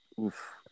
oof